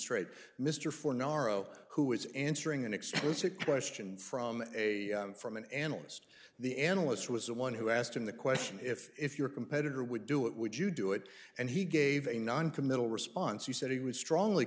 straight mr for naro who is answering an exclusive question from a from an analyst the analyst was the one who asked him the question if if your competitor would do it would you do it and he gave a non committal response you said he would strongly